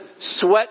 sweat